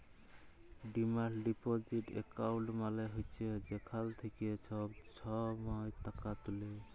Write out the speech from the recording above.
demand deposit account মালে হছে যেখাল থ্যাইকে ছব ছময় টাকা তুলে